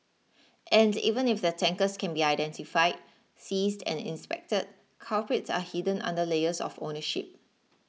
and even if the tankers can be identified seized and inspected culprits are hidden under layers of ownership